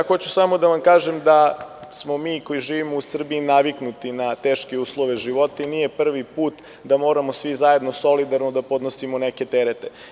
Hoću samo da vam kažem da smo mi koji živimo u Srbiji naviknuti na teške uslove života i nije prvi put da moramo svi zajedno solidarno da podnosimo neke terete.